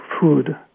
food